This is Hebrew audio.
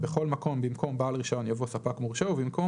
בכל מקום במקום "בעל רישיון" יבוא "ספק מורשה"